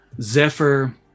Zephyr